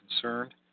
concerned